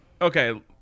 okay